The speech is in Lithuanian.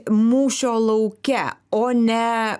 mūšio lauke o ne